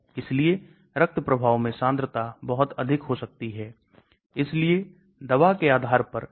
हम इसको OH में परिवर्तित कर सकते हैं इसका आयनीकरण नहीं होगा पारगम्यता को देखिए बहुत बढ़ गई है शायद 500 गुना बढ़ गई है